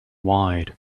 wide